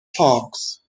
parks